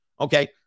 Okay